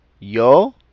Yo